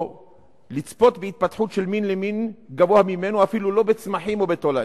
או לצפות בהתפתחות של מין למין גבוה ממנו אפילו לא בצמחים או בתולעים.